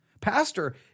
pastor